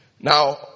Now